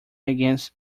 against